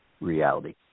reality